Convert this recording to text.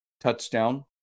touchdown